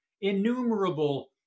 innumerable